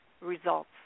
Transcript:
results